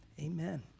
Amen